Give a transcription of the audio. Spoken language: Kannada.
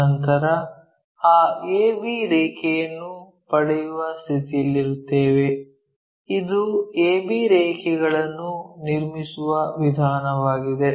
ನಂತರ ಆ AB ರೇಖೆಯನ್ನು ಪಡೆಯುವ ಸ್ಥಿತಿಯಲ್ಲಿರುತ್ತೇವೆ ಇದು AB ರೇಖೆಗಳನ್ನು ನಿರ್ಮಿಸುವ ವಿಧಾನವಾಗಿದೆ